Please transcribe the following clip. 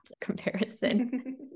comparison